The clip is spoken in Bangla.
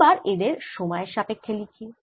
এবার এদের সময়ের সাপেক্ষ্যে লিখি